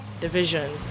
division